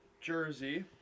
Jersey